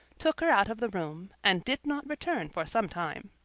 took her out of the room, and did not return for some time.